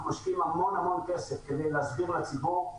אנחנו משקיעים המון כסף כדי להסביר לציבור.